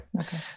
okay